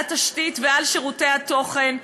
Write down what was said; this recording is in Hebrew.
על התשתית ועל שירותי התוכן,